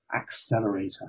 accelerator